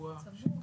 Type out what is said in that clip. צבוע שיקום.